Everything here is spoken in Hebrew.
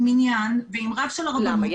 עם מניין ועם רב של הרבנות ---- למה?